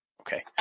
Okay